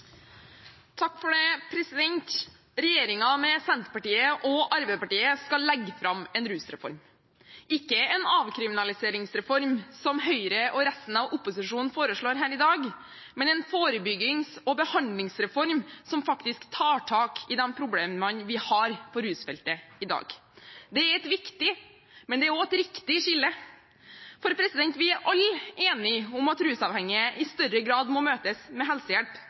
med Senterpartiet og Arbeiderpartiet skal legge fram en rusreform. Det er ikke en avkriminaliseringsreform, som Høyre og resten av opposisjonen foreslår her i dag, men en forebyggings- og behandlingsreform som faktisk tar tak i de problemene vi har på rusfeltet i dag. Det er et viktig, men det er også et riktig skille. For vi er alle enige om at rusavhengige i større grad må møtes med helsehjelp